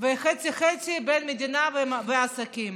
וחצי-חצי בין המדינה והעסקים.